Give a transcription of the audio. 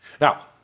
Now